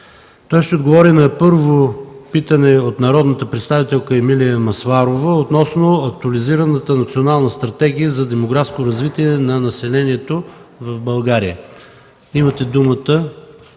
Той ще отговори на първо питане от народния представител Емилия Масларова относно актуализираната Национална стратегия за демографско развитие на населението в България. Имате думата,